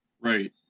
Right